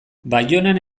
baionan